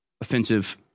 offensive